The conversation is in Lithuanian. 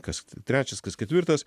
kas trečias kas ketvirtas